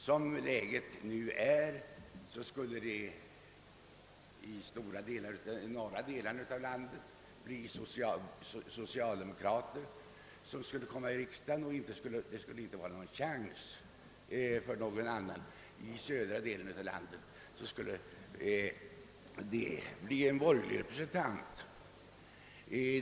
Som läget nu är skulle det i stora delar av norra Sverige bara väljas socialdemokrater till riksdagen, medan de övriga partierna inte skulle ha några möjligheter att bli representerade. I södra delen av landet skulle det väljas borgerliga representanter.